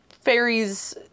fairies